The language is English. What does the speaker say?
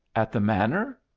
at the manor!